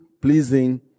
pleasing